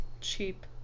Cheap